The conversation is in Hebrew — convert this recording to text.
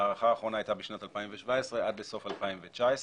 הארכה האחרונה הייתה בשנת 2017 עד סוף 2019,